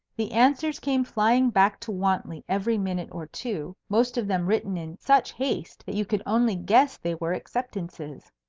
the answers came flying back to wantley every minute or two, most of them written in such haste that you could only guess they were acceptances.